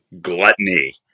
gluttony